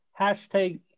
Hashtag